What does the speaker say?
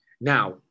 Now